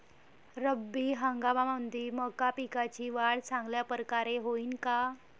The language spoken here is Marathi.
रब्बी हंगामामंदी मका पिकाची वाढ चांगल्या परकारे होईन का?